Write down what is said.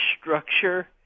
structure